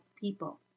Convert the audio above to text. people